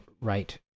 right